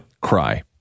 Cry